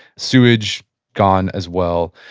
sewage gone as well.